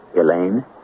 Elaine